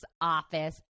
office